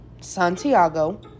Santiago